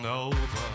over